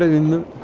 in the